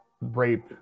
rape